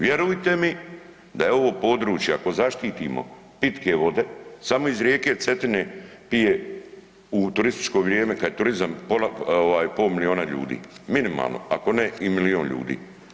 Vjerujte mi da je ovo područje ako zaštitimo pitke vode, samo iz rijeke Cetine pije u turističko vrijeme kad je turizam, pola milijuna ljudi, minimalno ako ne i milijun ljudi.